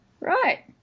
right